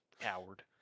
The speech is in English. Coward